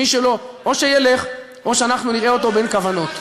מי שלא, או שילך, או שאנחנו נראה אותו בין כוונות.